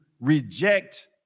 reject